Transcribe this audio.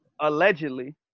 allegedly